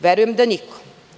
Verujem da niko.